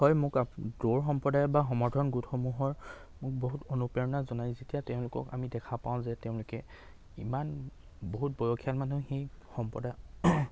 হয় মোক দৌৰ সম্প্ৰদায় বা সমৰ্থন গোটসমূহৰ বহুত অনুপ্ৰেৰণা জনাই যেতিয়া তেওঁলোকক আমি দেখা পাওঁ যে তেওঁলোকে ইমান বহুত বয়সিয়াল মানুহেও সেই সম্প্ৰদায়